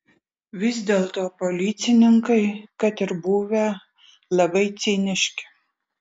vis dėlto policininkai kad ir buvę labai ciniški